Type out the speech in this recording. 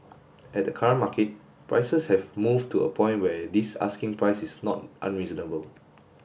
at the current market prices have moved to a point where this asking price is not unreasonable